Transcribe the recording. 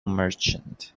merchant